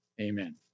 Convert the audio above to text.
Amen